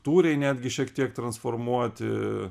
tūriai netgi šiek tiek transformuoti